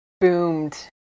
boomed